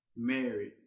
Married